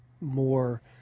more